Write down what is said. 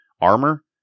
armor